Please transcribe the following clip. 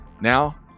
Now